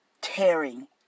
tearing